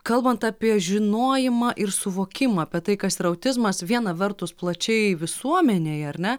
kalbant apie žinojimą ir suvokimą apie tai kas yra autizmas viena vertus plačiai visuomenėj ar ne